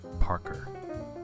Parker